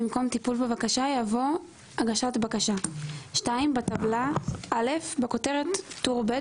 במקום "טיפול בבקשה" יבוא "הגשת בקשה"; בטבלה - בכותרת טור ב',